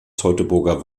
teutoburger